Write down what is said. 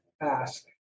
ask